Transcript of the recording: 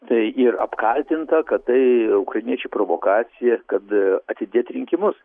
tai ir apkaltinta kad tai ukrainiečių provokacija kad atidėti rinkimus